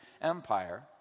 Empire